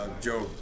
Joe